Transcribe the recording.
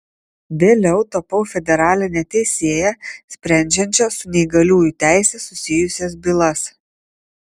vėliau tapau federaline teisėja sprendžiančia su neįgaliųjų teise susijusias bylas